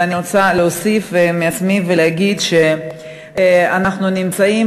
ואני רוצה להוסיף מעצמי ולהגיד שאנחנו נמצאים,